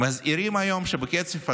מסבירים היום שבקצב הזה,